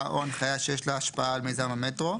או הנחיה שיש לה השפעה על מיזם המטרו,